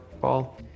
ball